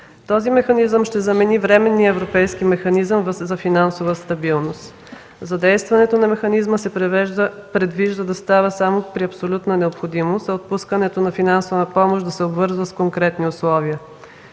Този механизъм ще замени временния Европейски механизъм за финансова стабилност. Задействането на механизма се предвижда да става само при абсолютна необходимост, а отпускането на финансова помощ да се обвързва с конкретни условия.